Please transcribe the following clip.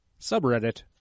subreddit